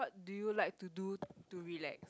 do you like to do to relax